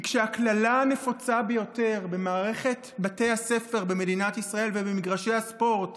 כי כשהקללה הנפוצה ביותר במערכת בתי הספר במדינת ישראל ובמגרשי הספורט